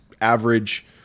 average